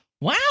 wow